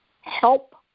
help